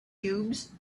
cubes